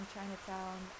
Chinatown